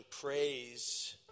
praise